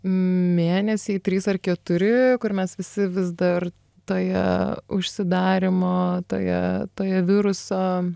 mėnesiai trys ar keturi kur mes visi vis dar toje užsidarymo toje toje viruso